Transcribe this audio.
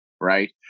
Right